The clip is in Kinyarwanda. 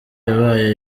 yabaye